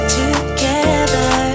together